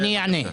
אני אענה.